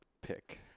pick